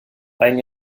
ein